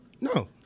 No